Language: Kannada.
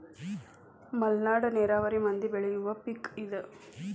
ಮಲ್ನಾಡ ನೇರಾವರಿ ಮಂದಿ ಬೆಳಿಯುವ ಪಿಕ್ ಇದ